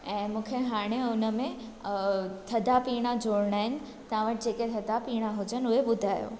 ऐं मूंखे हाणे हुन में थधा पीअणा जोड़ना आहिनि तव्हां वटि जेके थधा पीअणा हुजनि उहे ॿुधायो